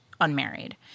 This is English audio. unmarried